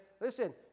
listen